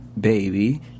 baby